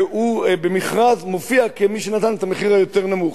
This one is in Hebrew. והוא במכרז מופיע כמי שנתן את המחיר היותר-נמוך.